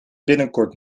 binnenkort